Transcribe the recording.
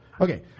Okay